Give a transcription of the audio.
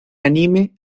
anime